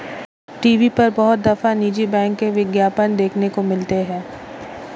TV पर बहुत दफा निजी बैंक के विज्ञापन देखने को मिलते हैं